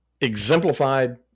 exemplified